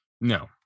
No